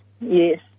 Yes